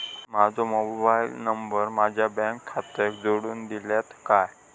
माजो mobile number माझ्या bank खात्याक जोडून दितल्यात काय?